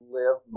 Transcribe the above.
live